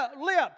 lips